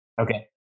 Okay